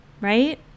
right